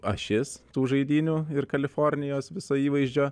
ašis tų žaidynių ir kalifornijos viso įvaizdžio